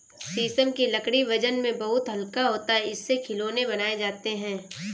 शीशम की लकड़ी वजन में बहुत हल्का होता है इससे खिलौने बनाये जाते है